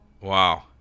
Wow